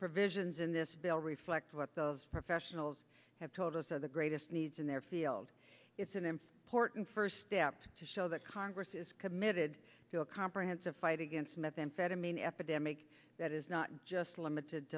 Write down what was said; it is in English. provisions in this bill reflect what the professionals have told us of the greatest needs in their field it's an important first step to show that congress is committed to a comprehensive fight against methamphetamine epidemic that is not just limited